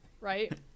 Right